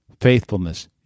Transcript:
faithfulness